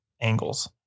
angles